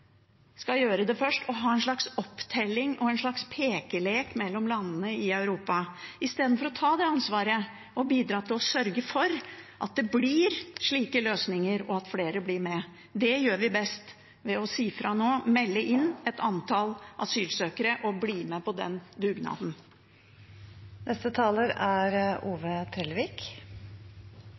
skal gjøre det først, og ha en slags opptelling og en slags pekelek mellom landene i Europa, istedenfor å ta det ansvaret og bidra til å sørge for at det blir slike løsninger, og at flere blir med. Det gjør vi best ved å si fra nå, melde inn et antall asylsøkere og bli med på den